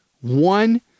one